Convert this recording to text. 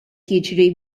jiġri